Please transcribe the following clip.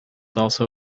also